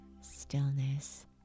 stillness